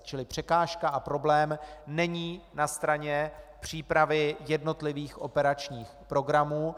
Čili překážka a problém není na straně přípravy jednotlivých operačních programů.